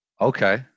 Okay